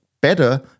better